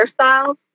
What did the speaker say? hairstyles